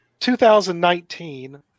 2019